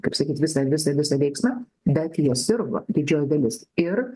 kaip sakyt visą visą visą veiksmą bet jie sirgo didžioji dalis ir